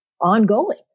ongoing